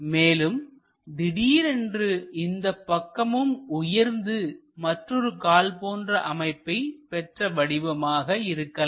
மேலும் திடீரென்று இந்தப் பக்கமும் உயர்த்து மற்றொரு கால் போன்ற அமைப்பை பெற்ற வடிவமாக இருக்கலாம்